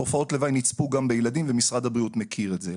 תופעות לוואי נצפו גם בילדים ומשרד הבריאות מכיר את זה.